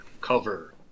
cover